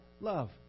love